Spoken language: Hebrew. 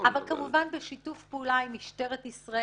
אבל כמובן בשיתוף פעולה עם משטרת ישראל